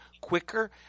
quicker